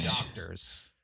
doctors